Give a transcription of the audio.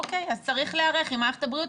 צריך להיערך עם מערכת הבריאות,